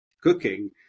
cooking